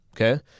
Okay